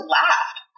laughed